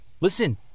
Listen